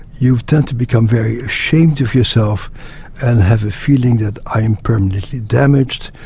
you tend to become very ashamed of yourself and have the feeling that i am permanently damaged,